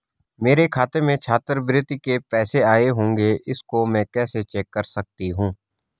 मेरे खाते में छात्रवृत्ति के पैसे आए होंगे इसको मैं कैसे चेक कर सकती हूँ?